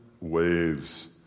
waves